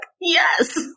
Yes